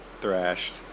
thrashed